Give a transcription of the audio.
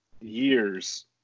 years